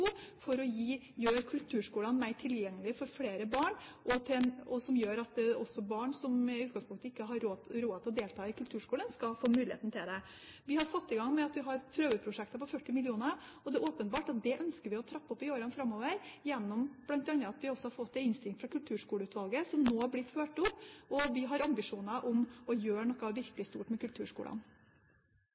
for å gjøre kulturskolene mer tilgjengelige for flere barn, slik at også barn som i utgangspunktet ikke har råd til å delta i kulturskolen, skal få muligheten til det. Vi har satt i gang ved at vi har prøveprosjekter på 40 mill. kr. Det er åpenbart at det ønsker vi å trappe opp i årene framover, bl.a. gjennom at vi også har fått en innstilling fra Kulturskoleutvalget som nå blir fulgt opp. Vi har ambisjoner om å gjøre noe virkelig stort med kulturskolene.